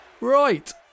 Right